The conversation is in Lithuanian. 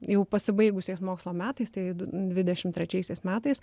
jau pasibaigusiais mokslo metais tai dvidešim trečiaisiais metais